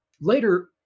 later